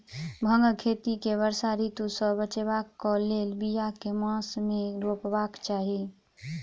भांगक खेती केँ वर्षा ऋतु सऽ बचेबाक कऽ लेल, बिया केँ मास मे रोपबाक चाहि?